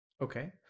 Okay